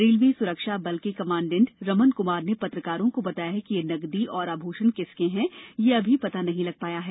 railway सुरक्षा बल के कमांडेड रमन कुमार ने पत्रकारों को बताया कि यह नगदी व आभूषण किसके हैं यह अभी पता नहीं लग पाया है